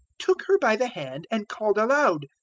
took her by the hand and called aloud,